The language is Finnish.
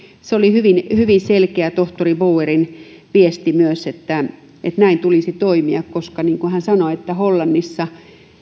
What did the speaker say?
se oli hyvin hyvin selkeä tohtori boerin viesti myös että että näin tulisi toimia koska niin kuin hän sanoi hollannissa